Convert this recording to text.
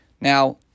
Now